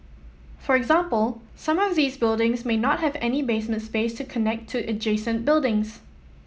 for example some of these buildings may not have any basement space to connect to adjacent buildings